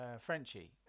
Frenchie